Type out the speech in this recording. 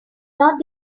not